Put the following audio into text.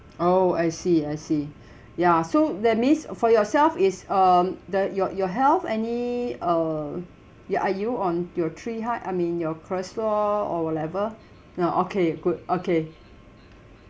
oh I see I see ya so that means for yourself is um the your your health any uh ya are you on your three high I mean your cholesterol or whatever no okay good okay